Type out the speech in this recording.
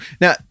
Now